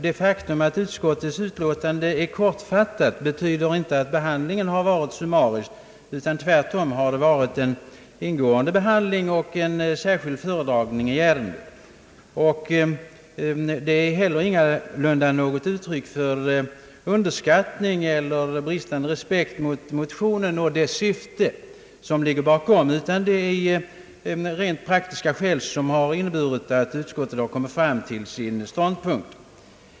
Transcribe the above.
Det faktum att utskottets utlåtande är kortfattat betyder inte att behandlingen varit summarisk, utan tvärtom har det varit en ingående behandling och särskild föredragning i ärendet. Det är heller inte fråga om någon underskattning eller någon bristande respekt för motionen och det syfte som ligger bakom, utan det är rent praktiska skäl som gjort att utskottet kommit fram till sin ståndpunkt.